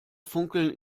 funkeln